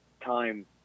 time